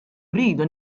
rridu